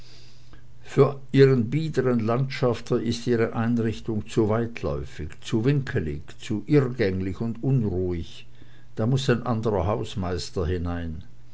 für einen biedern landschafter ist ihre einrichtung zu weitläufig zu winkelig zu irrgänglich und unruhig da muß ein anderer hausmeister hinein